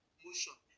Motion